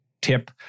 tip